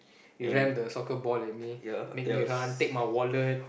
you ram the soccer ball at me make me run take my wallet